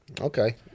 Okay